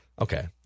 Okay